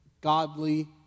godly